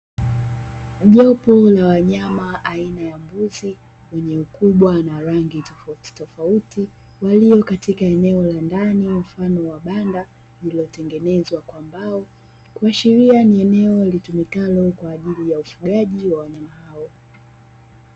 Jopo la wanyama aina ya mbuzi wenye ukubwa na rangi tofauti tofauti walio katika eneo la ndani mfano wa banda lililotengenezwa kwa mbao, kuashiria ni eneo linalotumika kwa ajili ya ufugaji wa wanyama hao.